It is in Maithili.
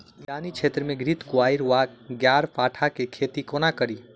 मैदानी क्षेत्र मे घृतक्वाइर वा ग्यारपाठा केँ खेती कोना कड़ी?